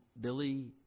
Billy